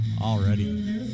Already